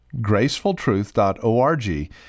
GracefulTruth.org